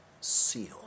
sealed